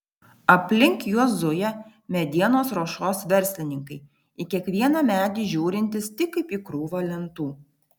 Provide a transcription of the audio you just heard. aplink juos zuja medienos ruošos verslininkai į kiekvieną medį žiūrintys tik kaip į krūvą lentų